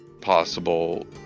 possible